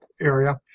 area